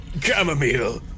Chamomile